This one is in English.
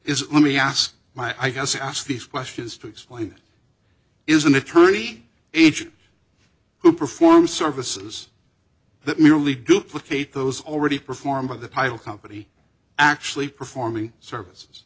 is let me ask my i guess i ask these questions to explain is an attorney agent who perform services that merely duplicate those already performed by the title company actually performing service